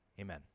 amen